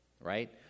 right